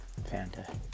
Fanta